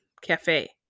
Cafe